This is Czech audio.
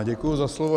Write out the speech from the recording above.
Děkuji za slovo.